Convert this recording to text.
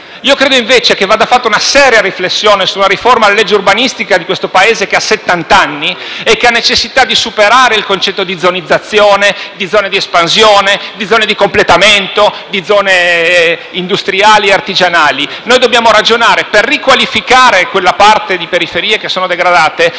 Sono convinto che vada fatta una seria riflessione sulla riforma della legge urbanistica di questo Paese, che ha settant'anni e che ha necessità di superare il concetto di zonizzazione, di zone di espansione, di zone di completamento, di zone industriali e artigianali. Noi dobbiamo ragionare per riqualificare quella parte di periferie degradate